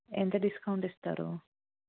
ఎంత డిస్కౌంట్ ఇస్తారు